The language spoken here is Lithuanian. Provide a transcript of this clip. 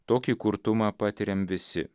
tokį kurtumą patiriam visi